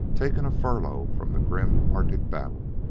taking a furlough from the grim arctic battle.